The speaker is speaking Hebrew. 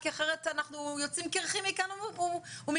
כי אחרת אנחנו יוצאים קרחים מכאן ומכאן,